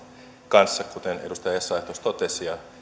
kanssa kuten edustaja essayah tuossa totesi ja